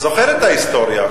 זוכר את ההיסטוריה,